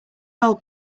old